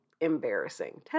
embarrassing